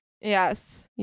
yes